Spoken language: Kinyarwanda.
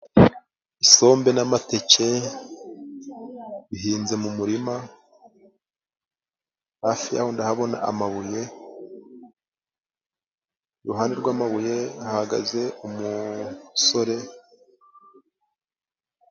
Isombe n'amateke bihinze mu murima. Hafi yaho ndahabona amabuye. Iruhande rw'amabuye hahagaze umusore.